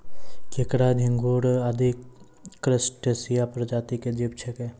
केंकड़ा, झिंगूर आदि क्रस्टेशिया प्रजाति के जीव छेकै